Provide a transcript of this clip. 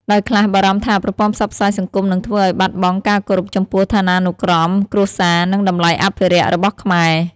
ដោយខ្លះបារម្ភថាប្រព័ន្ធផ្សព្វផ្សាយសង្គមនឹងធ្វើឱ្យបាត់បង់ការគោរពចំពោះឋានានុក្រមគ្រួសារ និងតម្លៃអភិរក្សរបស់ខ្មែរ។